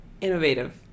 Innovative